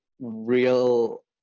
real